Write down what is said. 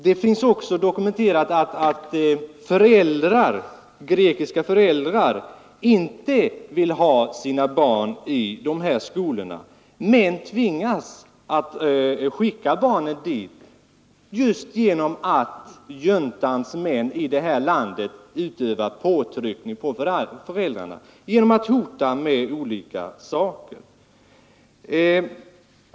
Det finns också dokumenterat att grekiska föräldrar inte vill ha sina barn i de här skolorna men tvingas att skicka barnen dit just genom att juntans män i detta land utövar påtryckning på föräldrarna genom att hota med olika repressalier.